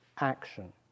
action